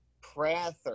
Prather